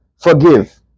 forgive